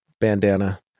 bandana